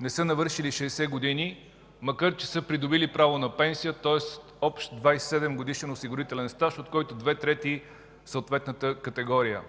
не са навършили 60 години, макар че са придобили право на пенсия, тоест общ 27-годишен осигурителен стаж, от който две трети в съответната категория.